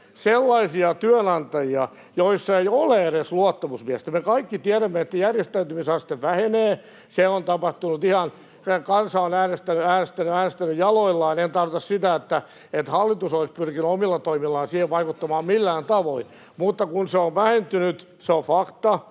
sellaisia työnantajia, joissa ei ole edes luottamusmiestä. Me kaikki tiedämme, että järjestäytymisaste vähenee, kansa on äänestänyt jaloillaan. En tarkoita sitä, että hallitus olisi pyrkinyt omilla toimillaan siihen vaikuttamaan millään tavoin, mutta kun se on vähentynyt, se on fakta,